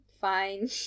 fine